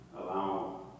allow